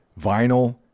vinyl